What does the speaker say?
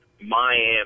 Miami